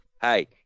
hey